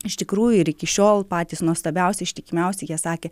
iš tikrųjų ir iki šiol patys nuostabiausi ištikimiausi jie sakė